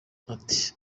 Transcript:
ati